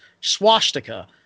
swastika